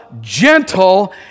gentle